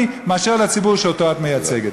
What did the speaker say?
אחרת מאשר לציבור שאותו את מייצגת.